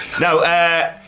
No